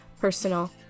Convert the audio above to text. personal